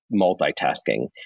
multitasking